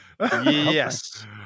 Yes